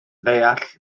deall